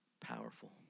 powerful